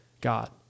God